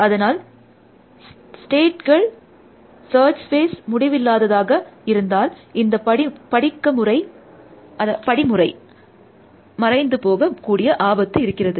அதனால் ஸ்டேட்கள் search space முடிவில்லாததாக இருந்தால் இந்த படிக்கமுறை மறைந்து போக கூடிய ஆபத்தும் இருக்கிறது